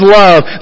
love